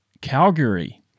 Calgary